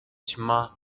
ćma